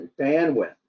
bandwidth